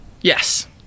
Yes